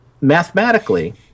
Mathematically